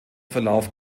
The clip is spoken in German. verlauf